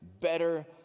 better